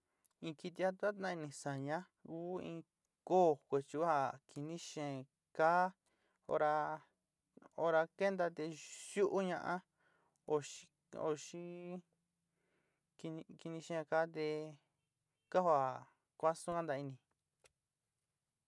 In kiti ja tu jatainini saánñá ku in koó kuetyó a kini xeen ka hora hora kenta te yu'uña óx ó xi kini xeen ka te ka joó a kuasuún kanta ini.